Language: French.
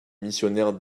missionnaires